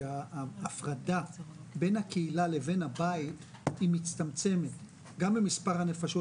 שההפרדה בין הקהילה לבין הבית מצטמצמת גם במספר הנפשות,